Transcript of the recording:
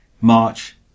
March